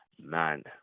man